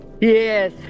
yes